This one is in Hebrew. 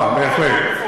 אה, בהחלט.